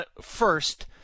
first